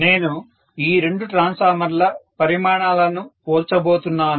నేను ఈ రెండు ట్రాన్స్ఫార్మర్ల పరిమాణాలను పోల్చబోతున్నాను